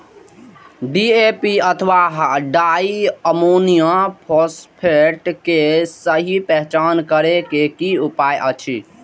DAP अथवा di ammonium phosphate के सहि पहचान करे के कि उपाय अछि?